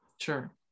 sure